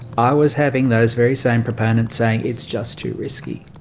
i was having those very same proponents saying it's just too risky.